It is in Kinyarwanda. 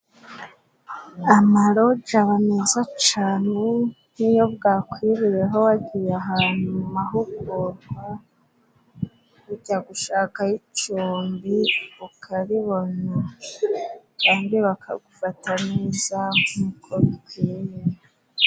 Amaroja aba meza cane nk'iyo bwakwiriyeho wagiye ahantu mu mahugurwa , ujya gushakayo icumbi ukaribona kandi bakagufata neza nk'uko bikwiriye.